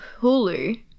Hulu